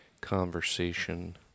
conversation